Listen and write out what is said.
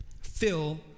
Fill